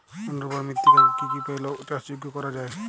অনুর্বর মৃত্তিকাকে কি কি উপায়ে চাষযোগ্য করা যায়?